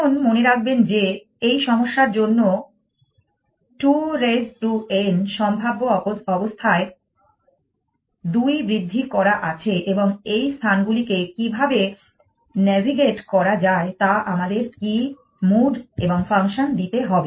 এখন মনে রাখবেন যে এই সমস্যার জন্য 2 রেজ টু n সম্ভাব্য অবস্থায় 2 বৃদ্ধি করা আছে এবং এই স্থানগুলিকে কীভাবে নেভিগেট করা যায় তা আমাদের কি মুভ এবং ফাংশন দিতে হবে